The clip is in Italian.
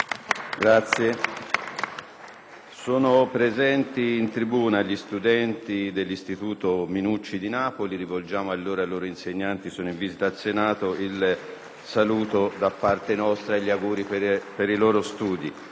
Sono presenti in tribuna gli studenti dell'istituto "Minucci" di Napoli. Rivolgiamo a loro e ai loro insegnanti, che sono in visita al Senato, il saluto da parte nostra e gli auguri per i loro studi.